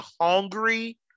hungry